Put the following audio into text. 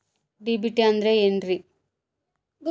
DBT ಅಂದ್ರ ಏನ್ರಿ?